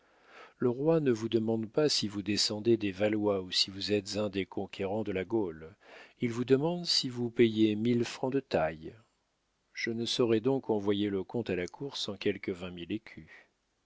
le roi ne vous demande pas si vous descendez des valois ou si vous êtes un des conquérants de la gaule il vous demande si vous payez mille francs de tailles je ne saurais donc envoyer le comte à la cour sans quelque vingt mille